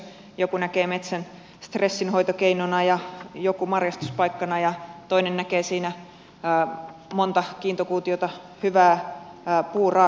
joku näkee metsän stressinhoitokeinona ja joku marjastuspaikkana ja toinen näkee siinä monta kiintokuutiota hyvää puuraaka ainetta